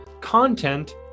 content